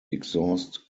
exhaust